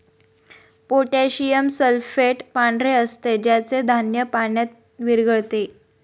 potassium sulphate पांढरे असते ज्याचे धान्य पाण्यात विरघळते